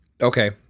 Okay